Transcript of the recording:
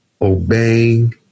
obeying